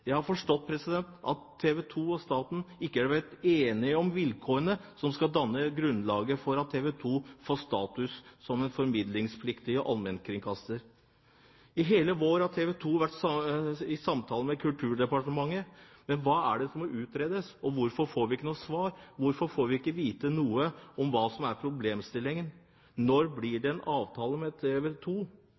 Jeg har forstått at TV 2 og staten ikke er blitt enige om vilkårene som skal danne grunnlaget for at TV 2 får status som en formidlingspliktig allmennkringkaster. I hele vår har TV 2 vært i samtale med Kulturdepartementet, men hva er det som må utredes, og hvorfor får vi ikke noe svar? Hvorfor får vi ikke vite noe om hva som er problemstillingen? Når blir det en avtale med TV